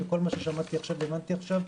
מכל מה ששמעתי עכשיו והבנתי עכשיו,